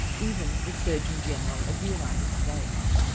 even the surgeon general of the united states.